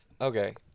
okay